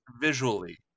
Visually